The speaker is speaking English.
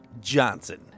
Johnson